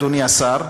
אדוני השר,